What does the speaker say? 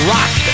Rock